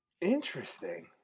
interesting